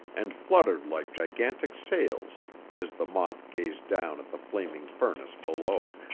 and fluttered like gigantic sails as the moth gazed down at the flaming furnace below.